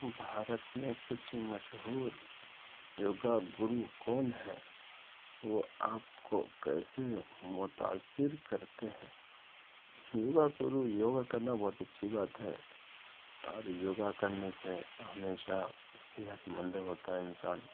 بھارت میں کچھ مشہور یوگا گرو کون ہیں وہ آپ کو کیسے متاثر کرتے ہیں یوگا گرو یوگا کرنا بہت اچھی بات ہے اور یوگا کرنے سے ہمیشہ صحت مند ہوتا ہے انسان